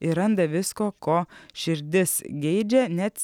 ir randa visko ko širdis geidžia net